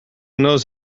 knows